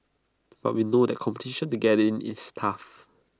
but we know that competition to get in is tough